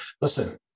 listen